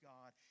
God